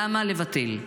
למה לבטל?